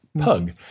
Pug